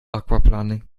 aquaplaning